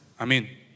Amen